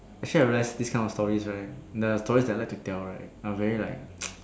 actually I realised this kind of stories right the stories that I like to tell right are very like